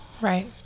Right